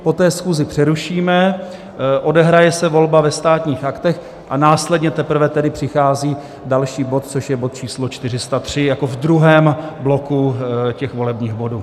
Poté schůzi přerušíme, odehraje se volba ve Státních aktech, a následně teprve tedy přichází další bod, což je bod číslo 403 jako v druhém bloku těch volebních bodů.